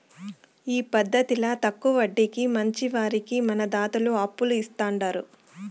ఈ పద్దతిల తక్కవ వడ్డీకి మంచివారికి మన దాతలు అప్పులు ఇస్తాండారు